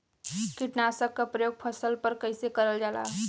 कीटनाशक क प्रयोग फसल पर कइसे करल जाला?